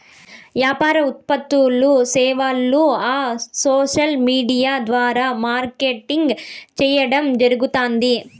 యాపార ఉత్పత్తులూ, సేవలూ ఆ సోసల్ విూడియా ద్వారా మార్కెటింగ్ చేయడం జరగుతాంది